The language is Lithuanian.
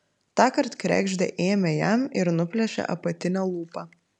tąkart kregždė ėmė jam ir nuplėšė apatinę lūpą